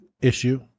issue